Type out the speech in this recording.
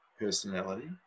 personality